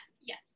yes